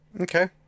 Okay